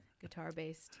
Guitar-based